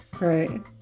right